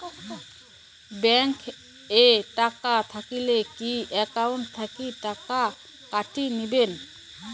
Bank এ টাকা থাকিলে কি একাউন্ট থাকি টাকা কাটি নিবেন?